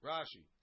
Rashi